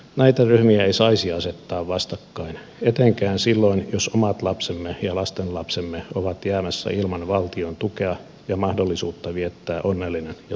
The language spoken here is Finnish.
näitä ryhmiä ei saisi asettaa vastakkain etenkään silloin jos omat lapsemme ja lastenlapsemme ovat jäämässä ilman valtion tukea ja mahdollisuutta viettää onnellinen ja turvattu lapsuus